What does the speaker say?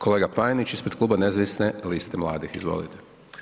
Kolega Panenić ispred kluba Nezavisne liste mladih, izvolite.